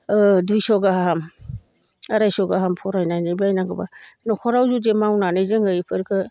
दुइस' गाहाम आरायस' गाहाम भरायनानै मावनांगौबा न'खराव जुदि मावनानै जोङो बेफोरखौ